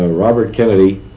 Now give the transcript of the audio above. ah robert kennedy,